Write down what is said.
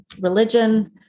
religion